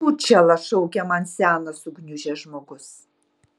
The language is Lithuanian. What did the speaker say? čiūčela šaukia man senas sugniužęs žmogus